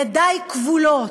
ידי כבולות.